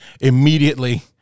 immediately –